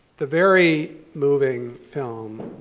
the very moving film